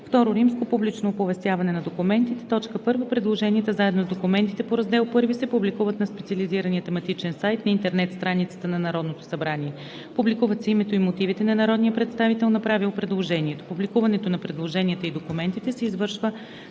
събрание. ІІ. Публично оповестяване на документите. 1. Предложенията заедно с документите по раздел І се публикуват на специализирания тематичен сайт на интернет страницата на Народното събрание. Публикуват се името и мотивите на народния представител, направил предложението. Публикуването на предложенията и документите се извършва